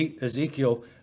Ezekiel